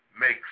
makes